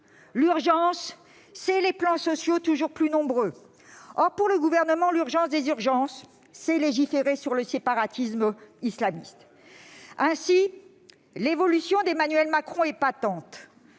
L'urgence, ce sont les plans sociaux, toujours plus nombreux. Or, pour le Gouvernement, l'urgence des urgences est de légiférer sur le séparatisme islamiste. L'évolution d'Emmanuel Macron est patente